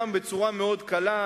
גם בצורה מאוד קלה,